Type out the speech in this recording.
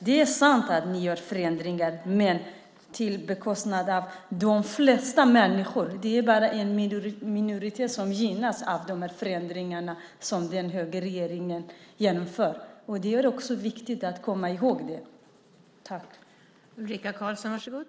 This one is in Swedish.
Det är sant att ni gör förändringar, men på bekostnad av de flesta människor. Det är bara en minoritet som gynnas av de förändringar som högerregeringen genomför. Det är viktigt att komma ihåg det.